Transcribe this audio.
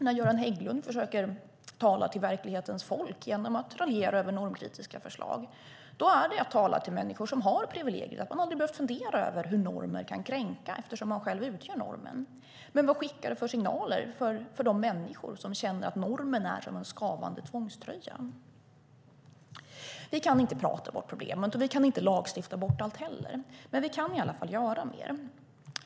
När Göran Hägglund talar till "verklighetens folk" och raljerar över normkritiska förslag talar han till människor som har privilegiet att aldrig ha behövt fundera över hur normer kan kränka, eftersom de själva utgör normen. Men vad skickar det för signaler till de människor som känner att normen är som en skavande tvångströja? Vi kan inte prata bort problemet, och vi kan inte lagstifta bort allt heller. Men vi kan göra mer.